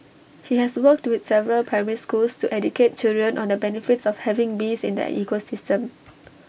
he has worked with several primary schools to educate children on the benefits of having bees in the ecosystem